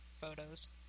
photos